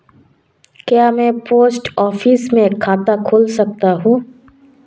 क्या मैं post office में खाता खोल सकता हूँ?